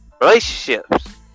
relationships